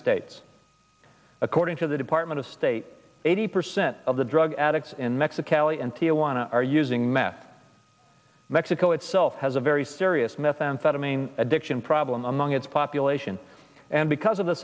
states according to the department of state eighty percent of the drug addicts in mexico alley and taiwan are using meth mexico itself has a very serious methamphetamine addiction problem among its population and because of the